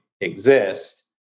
exist